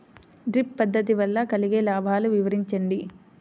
Drip పద్దతి వల్ల కలిగే లాభాలు వివరించండి?